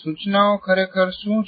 સૂચનાઓ ખરેખર શું છે